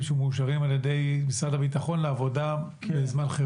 שמאושרים על ידי משרד הביטחון לעבודה בזמן חירום.